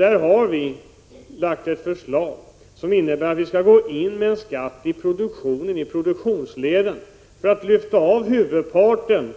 Vi har framlagt ett förslag som innebär att man skall införa en skatt i produktionsledet för att lyfta av huvudparten